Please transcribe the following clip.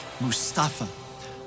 Mustafa